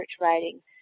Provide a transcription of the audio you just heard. writing